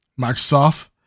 Microsoft